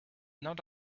not